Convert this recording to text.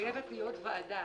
ועדה